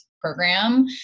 program